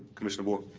commissioner boyle.